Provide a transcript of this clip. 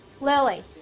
Lily